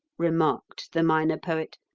remarked the minor poet,